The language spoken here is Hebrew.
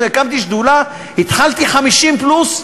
אתם יודעים, הקמתי שדולה, התחלתי עם 50 פלוס,